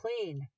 clean